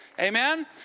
amen